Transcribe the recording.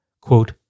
Quote